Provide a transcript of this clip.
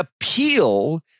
appeal